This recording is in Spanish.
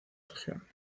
región